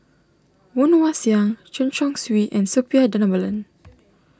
Woon Wah Siang Chen Chong Swee and Suppiah Dhanabalan